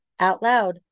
OUTLOUD